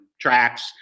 tracks